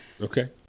okay